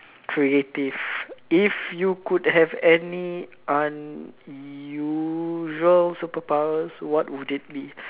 creative if you could have any unusual superpowers what would it be